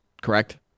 correct